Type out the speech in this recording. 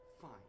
fine